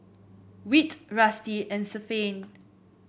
Whit Rusty and Stephaine